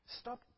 stop